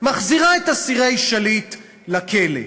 ומחזירה את אסירי עסקת שליט לכלא.